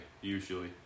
Usually